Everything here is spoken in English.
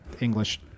English